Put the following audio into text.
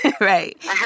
Right